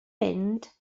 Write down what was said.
mynd